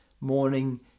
morning